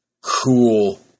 cool